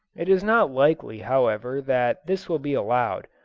it is not likely, however, that this will be allowed,